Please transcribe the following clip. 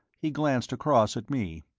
he glanced across at me.